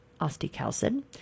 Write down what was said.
osteocalcin